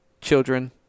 children